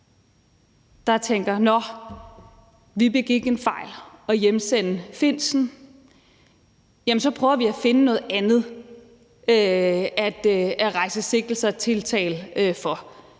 der tænker: Nå, vi begik en fejl ved at hjemsende Lars Findsen; så prøver vi at finde noget andet at rejse sigtelse og tiltale for.